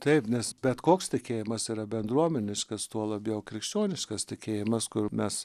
taip nes bet koks tikėjimas yra bendruomeniškas tuo labiau krikščioniškas tikėjimas kur mes